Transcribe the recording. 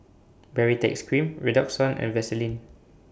Baritex Cream Redoxon and Vaselin